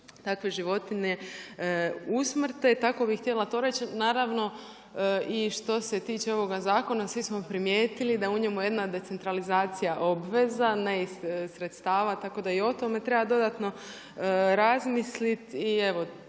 takve životinje usmrte. Tako bih htjela to reći. Naravno i što se tiče ovoga zakona svi smo primijetili da u njemu jedna decentralizacija obveza ne iz sredstava, tako da i o tome treba dodatno razmisliti.